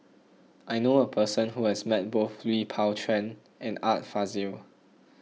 I knew a person who has met both Lui Pao Chuen and Art Fazil